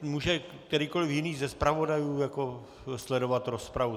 Může kterýkoliv jiný ze zpravodajů sledovat rozpravu.